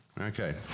Okay